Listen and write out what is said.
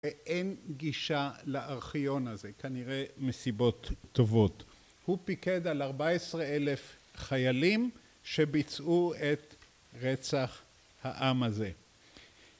ואין גישה לארכיון הזה כנראה מסיבות טובות. הוא פיקד על ארבע עשרה אלף חיילים שביצעו את רצח העם הזה